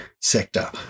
Sector